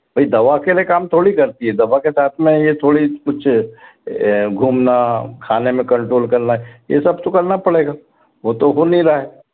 भई दवा अकेले काम थोड़ी ही करती है दवा के साथ में ये थोड़ी कुछ घूमना खाने में कंट्रोल करना ये सब तो करना पड़ेगा वो तो हो नहीं रहा है